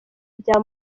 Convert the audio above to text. bya